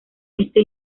este